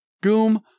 Goom